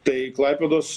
tai klaipėdos